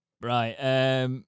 Right